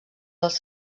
dels